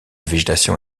végétation